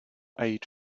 aid